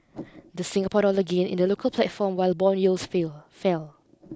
the Singapore dollar gained in the local platform while bond yields fail fell